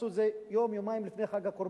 עשו את זה יום-יומיים לפני חג הקורבן,